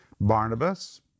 Barnabas